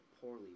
poorly